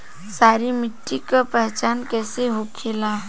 सारी मिट्टी का पहचान कैसे होखेला?